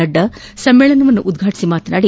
ನಡ್ಡಾ ಸಮ್ಮೇಳನವನ್ನು ಉದ್ಘಾಟಿಸಿ ಮಾತನಾಡಿ